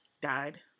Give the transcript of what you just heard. died